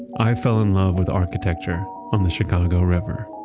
i fell in love with architecture on the chicago river.